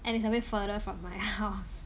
and it's a bit further from my house